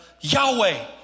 Yahweh